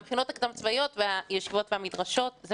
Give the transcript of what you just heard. מדובר במכינות הקדם צבאיות, בישיבות ובמדרשות.